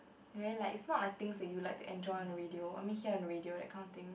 very like it's not like things you like to enjoy on the radio I mean hear on the radio that kind of thing